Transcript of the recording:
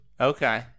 Okay